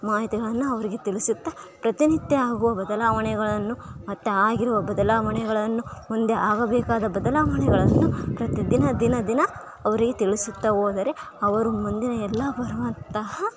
ಮಾಹಿತಿಗಳನ್ನು ಅವರಿಗೆ ತಿಳಿಸುತ್ತ ಪ್ರತಿನಿತ್ಯ ಆಗುವ ಬದಲಾವಣೆಗಳನ್ನು ಮತ್ತು ಆಗಿರುವ ಬದಲಾವಣೆಗಳನ್ನು ಮುಂದೆ ಆಗಬೇಕಾದ ಬದಲಾವಣೆಗಳನ್ನು ಪ್ರತಿ ದಿನ ದಿನ ದಿನ ಅವರಿಗೆ ತಿಳಿಸುತ್ತ ಹೋದರೆ ಅವರು ಮುಂದಿನ ಎಲ್ಲ ಬರುವಂತಹ